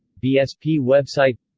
bsp website